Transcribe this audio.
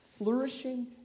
Flourishing